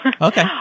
okay